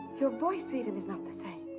your voice, even, is not the same.